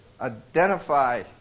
identify